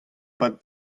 pad